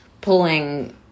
pulling